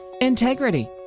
integrity